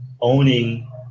owning